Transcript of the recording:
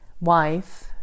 wife